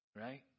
Right